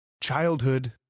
childhood